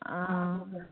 ꯑꯥ